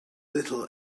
little